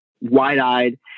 wide-eyed